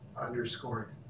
underscoring